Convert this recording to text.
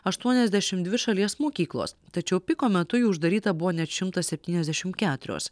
aštuoniasdešim dvi šalies mokyklos tačiau piko metu jų uždaryta buvo net šimtas septyniasdešim keturios